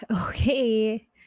okay